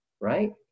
right